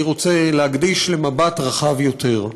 אני רוצה להקדיש למבט רחב יותר.